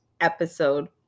episode